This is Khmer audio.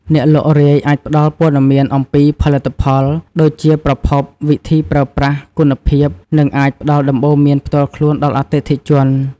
អ្នកលក់រាយអាចផ្តល់ព័ត៌មានអំពីផលិតផល ដូចជាប្រភព វិធីប្រើប្រាស់ គុណភាព និងអាចផ្តល់ដំបូន្មានផ្ទាល់ខ្លួនដល់អតិថិជន។